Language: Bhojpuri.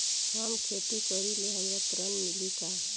हम खेती करीले हमरा ऋण मिली का?